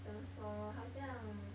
怎么说好像